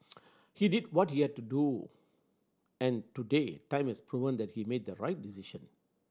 he did what he had to do and today time has proven that he had made the right decision